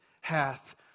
hath